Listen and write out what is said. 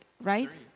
right